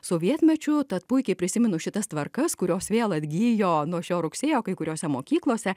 sovietmečiu tad puikiai prisimenu šitas tvarkas kurios vėl atgijo nuo šio rugsėjo kai kuriose mokyklose